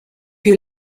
più